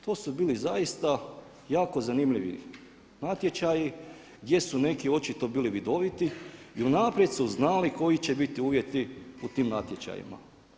To su bili zaista jako zanimljivi natječaji gdje su neki očito bili vidoviti i unaprijed su znali koji će biti uvjeti u tim natječajima.